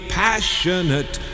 passionate